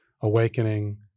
awakening